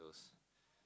those